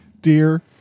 Dear